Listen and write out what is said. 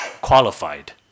qualified